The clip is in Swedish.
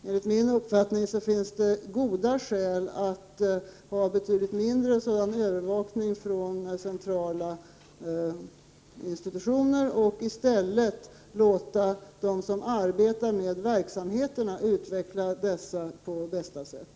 Enligt 117 min uppfattning finns goda skäl för att ha betydligt mindre av övervakning från centrala institutioner och i stället låta dem som arbetar med verksamheterna utveckla dessa på bästa sätt.